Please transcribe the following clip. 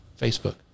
facebook